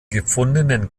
gefundenen